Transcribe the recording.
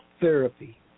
Therapy